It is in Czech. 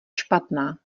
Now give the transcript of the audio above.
špatná